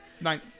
Nine